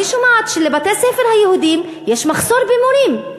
אני שומעת שבבתי-הספר היהודיים יש מחסור במורים.